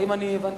האם הבנתי נכון?